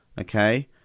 Okay